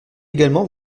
également